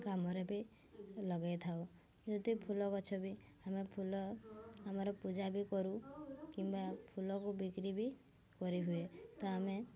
କାମରେ ବି ଲଗାଇ ଥାଉ ଯଦି ଫୁଲ ଗଛ ବି ଆମେ ଫୁଲ ଆମର ପୂଜା ବି କରୁ କିମ୍ବା ଫୁଲକୁ ବିକ୍ରି ବି କରି ହୁଏ ତ ଆମେ